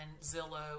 Zillow